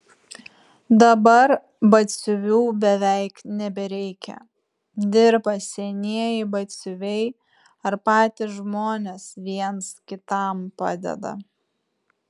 dabar batsiuvių beveik nebereikia dirba senieji batsiuviai ar patys žmonės viens kitam padeda